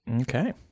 Okay